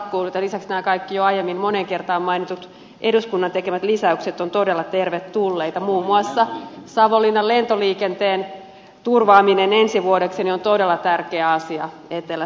lisäksi nämä kaikki jo aiemmin moneen kertaan mainitut eduskunnan tekemät lisäykset ovat todella tervetulleita muun muassa savonlinnan lentoliikenteen turvaaminen ensi vuodeksi on todella tärkeä asia etelä savolle